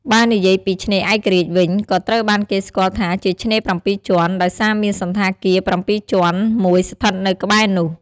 បើនិយាយពី ឆ្នេរឯករាជ្យវិញ ក៏ត្រូវបានគេស្គាល់ថាជាឆ្នេរ ៧ ជាន់ ដោយសារមានសណ្ឋាគារ ៧ ជាន់មួយស្ថិតនៅក្បែរនោះ។